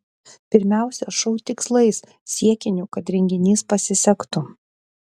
pirmiausia šou tikslais siekiniu kad renginys pasisektų